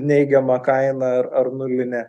neigiama kaina ar ar nulinė